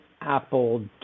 Apple